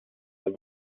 għal